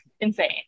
Insane